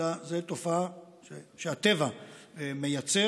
אלא זו תופעה שהטבע מייצר.